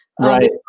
right